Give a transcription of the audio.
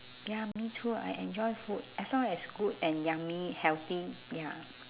ya me too I enjoy food as long as good and yummy healthy ya